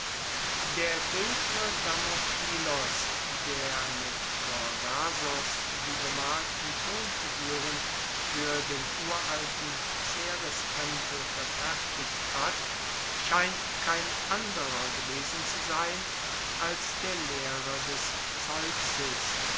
der bildner damophilos der mit gorgasos die bemalten tonfiguren fuer den uralten cerestempel verfertigt hat scheint kein anderer gewesen zu sein als der lehrer des zeuxis